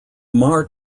mar